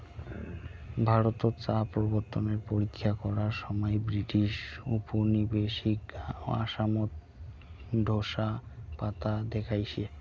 ভারতত চা প্রবর্তনের পরীক্ষা করার সমাই ব্রিটিশ উপনিবেশিক আসামত ঢোসা পাতা দেইখছে